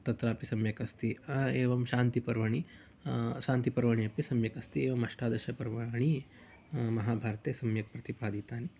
तत्रापि सम्यक् अस्ति एवं शान्तिपर्वणि शान्तिपर्वणि अपि सम्यक् अस्ति एवम् अष्टादश पर्वाणि महाभारते सम्यक् प्रतिपादितानि